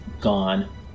gone